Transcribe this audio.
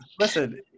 listen